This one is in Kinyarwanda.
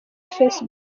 facebook